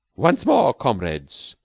once more, comrades.